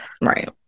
Right